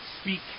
speak